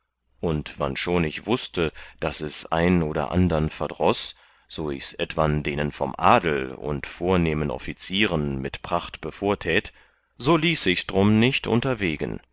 und wannschon ich wußte daß es ein oder andern verdroß so ichs etwan denen von adel und vornehmen offizierern mit pracht bevortät so ließ ichs drum nicht unterwegen